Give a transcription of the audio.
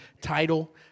title